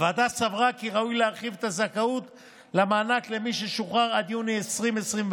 הוועדה סברה כי ראוי להרחיב את הזכאות למענק למי ששוחרר עד יוני 2021,